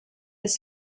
his